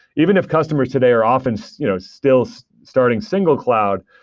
even if customers today are often so you know still so starting single cloud,